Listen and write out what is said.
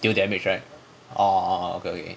deal damage right uh okay okay